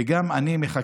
ואני גם מחכה